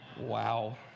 Wow